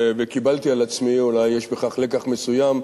וקיבלתי על עצמי, אולי יש בכך לקח מסוים,